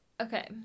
Okay